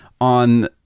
on